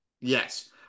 Yes